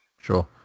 Sure